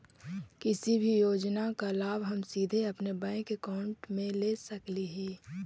किसी भी योजना का लाभ हम सीधे अपने बैंक अकाउंट में ले सकली ही?